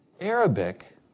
Arabic